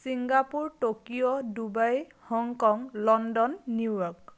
Singapore Tokyo Dubai Hong Kong London New York